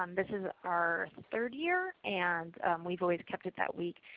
um this is our third year and we've always kept it that week.